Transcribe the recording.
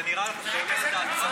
זה עולה בדעתך?